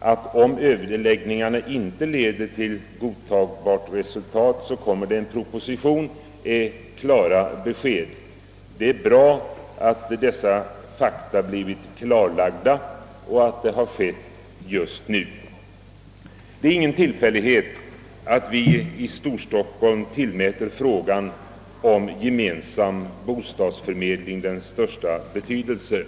att om överläggningarna inte leder till ett godtagbart resultat kommer en proposition att framläggas, är ett klart besked. Det är bra att det har lämnats just nu. Det är ingen tillfällighet att vi i Storstockholm tillmäter frågan om gemensam bostadsförmedling den största betydelse.